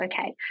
Okay